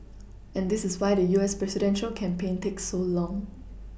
and this is why the U S presidential campaign takes so long